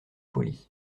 polie